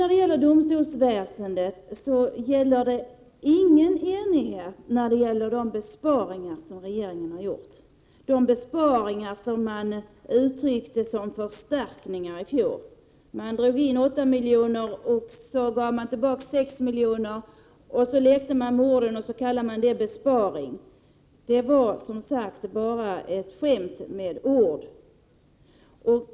När det gäller domstolsväsendet råder det ingen enighet om de besparingar som regeringen har gjort, besparingar som man i fjol beskrev som förstärkningar. Man drev in 8 miljoner och gav tillbaka 6 miljoner. Så leker man med orden och kallade det förstärkningar. Det var som sagt bara ett skämt.